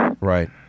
Right